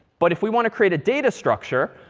but if we want to create a data structure,